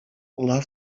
love